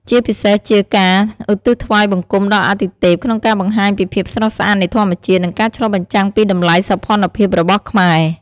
ជាពិសេសជាការឧទ្ទិសថ្វាយបង្គំដល់អាទិទេព ក្នុងការបង្ហាញពីភាពស្រស់ស្អាតនៃធម្មជាតិ និងការឆ្លុះបញ្ចាំងពីតម្លៃសោភ័ណភាពរបស់ខ្មែរ។